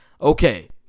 Okay